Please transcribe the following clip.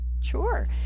Sure